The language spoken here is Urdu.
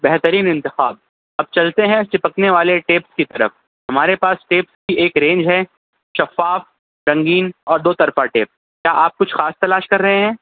بہترین انتخاب اب چلتے ہیں چپکنے والے ٹیپ کی طرف ہمارے پاس ٹیپ کی ایک رینج ہے شفاف رنگین اور دو طرفہ ٹیپ یا آپ کچھ خاص تلاش کر رہے ہیں